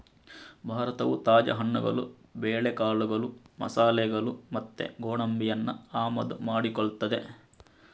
ಭಾರತವು ತಾಜಾ ಹಣ್ಣುಗಳು, ಬೇಳೆಕಾಳುಗಳು, ಮಸಾಲೆಗಳು ಮತ್ತೆ ಗೋಡಂಬಿಯನ್ನ ಆಮದು ಮಾಡಿಕೊಳ್ತದೆ